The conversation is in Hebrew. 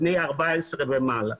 בני 14 ומעלה.